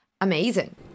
Amazing